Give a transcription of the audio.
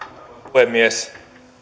puhemies